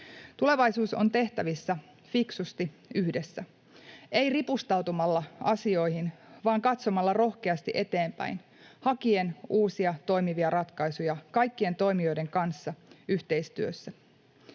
Tulevaisuus on tehtävissä, fiksusti, yhdessä, ei ripustautumalla asioihin, vaan katsomalla rohkeasti eteenpäin, hakien uusia, toimivia ratkaisuja kaikkien toimijoiden kanssa yhteistyössä.